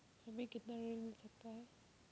हमें कितना ऋण मिल सकता है?